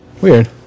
Weird